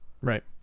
Right